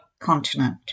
continent